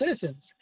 citizens